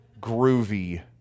groovy